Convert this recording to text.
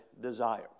desire